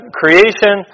creation